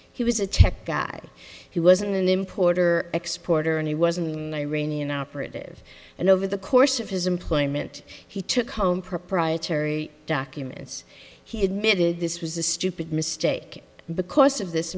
he was a tech guy he was an importer exporter and he was an iranian operative and over the course of his employment he took home proprietary documents he admitted this was a stupid mistake because of this